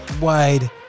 wide